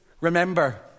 Remember